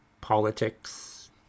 politics